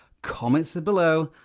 comments are below,